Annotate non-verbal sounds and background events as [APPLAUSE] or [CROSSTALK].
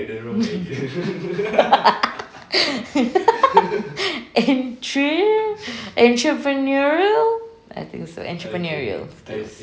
[LAUGHS] entre~ entrepreneurial I think so entrepreneurial skills